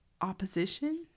opposition